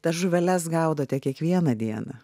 tas žuveles gaudote kiekvieną dieną